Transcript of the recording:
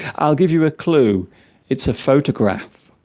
i'll give you a clue it's a photograph